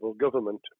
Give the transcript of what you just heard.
government